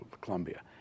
Columbia